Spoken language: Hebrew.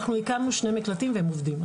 אנחנו הקמנו שני מקלטים, והם עובדים.